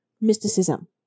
mysticism